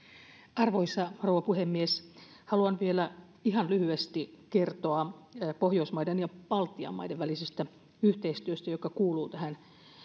arvoisa rouva puhemies haluan vielä ihan lyhyesti kertoa pohjoismaiden ja baltian maiden välisestä yhteistyöstä joka kuuluu tähän